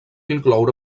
incloure